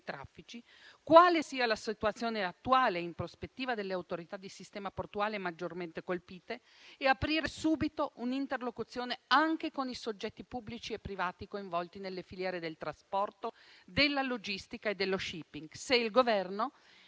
quale sia la situazione attuale e in prospettiva delle Autorità di sistema portuale maggiormente colpite. Si chiede altresì di aprire subito un'interlocuzione anche con i soggetti pubblici e privati coinvolti nelle filiere del trasporto, della logistica e dello *shipping*. Si chiede